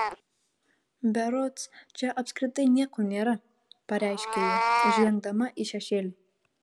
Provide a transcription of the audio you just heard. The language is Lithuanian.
berods čia apskritai nieko nėra pareiškė ji žengdama į šešėlį